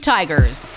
Tigers